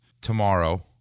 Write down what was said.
tomorrow